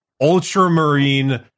Ultramarine